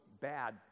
bad